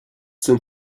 sind